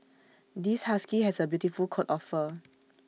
this husky has A beautiful coat of fur